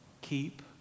keep